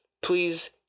please